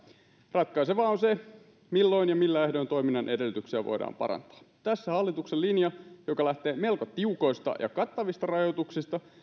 ratkaisevaa on se milloin ja millä ehdoin toiminnan edellytyksiä voidaan parantaa tässä hallituksen linja joka lähtee melko tiukoista ja kattavista rajoituksista